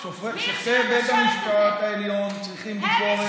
שופטי בית המשפט העליון צריכים ביקורת,